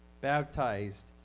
Baptized